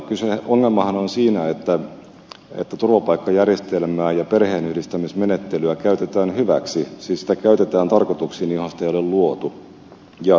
ongelmahan on siinä että turvapaikkajärjestelmää ja perheenyhdistämismenettelyä käytetään hyväksi siis niitä käytetään tarkoitukseen johon niitä ei ole luotu